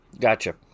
Gotcha